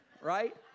Right